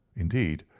indeed,